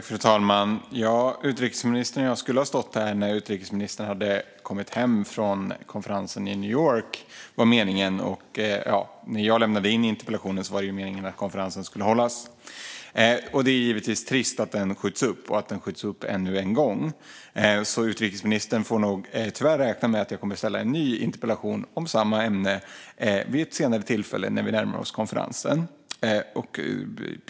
Fru talman! Det var meningen att jag skulle stå här när utrikesministern kom hem från konferensen i New York. När jag lämnade in interpellationen var tanken att konferensen skulle hållas, och det är givetvis trist att den skjuts upp ännu en gång. Utrikesministern får tyvärr därför räkna med att jag kommer att ställa en ny interpellation om samma ämne vid ett senare tillfälle när vi närmar oss konferensen.